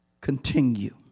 continue